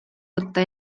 võtta